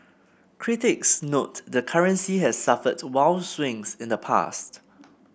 critics note the currency has suffered wild swings in the past